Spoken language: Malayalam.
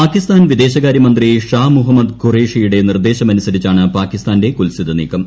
പാകിസ്ഥാൻ വിദേശകാര്യമന്ത്രി ഷാ മുഹമ്മദ് ഖുറേഷിയുടെ നിർദ്ദേശമനുസരിച്ചാണ് പാകിസ്ഥാന്റെ കുത്സിത നീക്കം